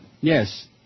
Yes